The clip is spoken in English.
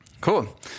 Cool